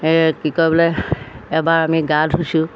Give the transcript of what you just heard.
এই কি কয় বোলে এবাৰ আমি গা ধুইছোঁ